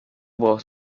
braucht